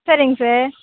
சரிங்க சார்